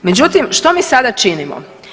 Međutim, što mi sada činimo?